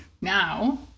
now